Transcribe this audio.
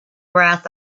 brass